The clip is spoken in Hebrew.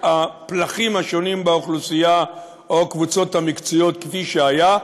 הפלחים השונים באוכלוסייה או הקבוצות המקצועיות כפי שהיה,